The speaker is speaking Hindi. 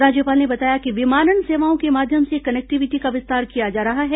राज्यपाल ने बताया कि विमानन सेवाओं के माध्यम से कनेक्टिविटी का विस्तार किया जा रहा है